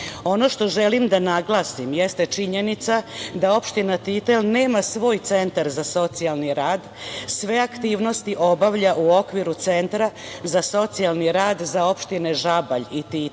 što želim da naglasim jeste činjenica da opština Titel nema svoj centar za socijalni rad, već sve aktivnosti obavlja u okviru centra za socijalni rad za opštine Žabalj i Titel,